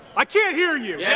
i can't hear you! yeah